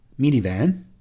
minivan